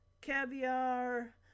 Caviar